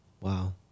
Wow